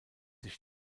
sich